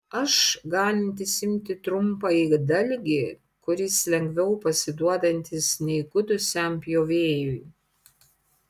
aš galintis imti trumpąjį dalgį kuris lengviau pasiduodantis neįgudusiam pjovėjui